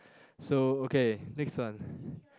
so okay next one